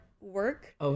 work